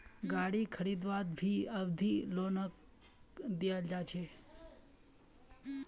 गारी खरीदवात भी अवधि लोनक दियाल जा छे